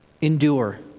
Endure